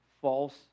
false